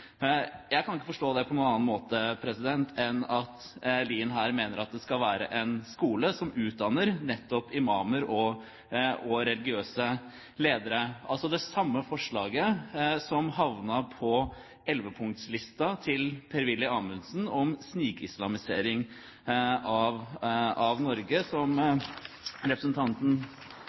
Jeg kan ikke forstå det på noen annen måte enn at Lien her mener at det skal være en skole som utdanner nettopp imamer og religiøse ledere, det samme forslaget som havnet på ellevepunktslisten til Per-Willy Amundsen om snikislamisering av Norge, som representanten